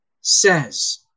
says